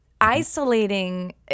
Isolating